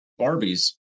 Barbies